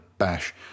Bash